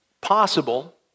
possible